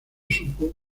supo